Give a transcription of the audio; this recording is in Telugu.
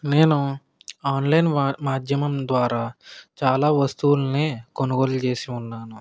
నేను ఆన్లైన్ వా మాధ్యమం ద్వారా చాలా వస్తువుల్ని కొనుగోలు చేసి ఉన్నాను